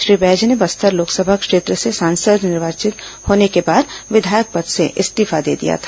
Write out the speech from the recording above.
श्री बैज ने बस्तर लोकसभा क्षेत्र से सांसद निर्वाचित होने के बाद विधायक पद से इस्तीफा दे दिया था